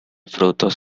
frutos